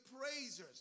praisers